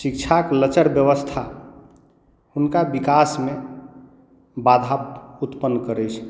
शिक्षाक लचर व्यवस्था हुनकर विकासमे बाधा उत्पन्न करैत छन्हि